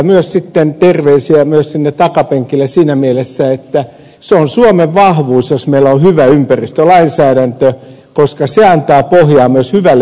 tästä sitten terveisiä myös sinne takapenkille siinä mielessä että se on suomen vahvuus jos meillä on hyvä ympäristölainsäädäntö koska se antaa pohjaa myös hyvälle ympäristöteknologian kehittämiselle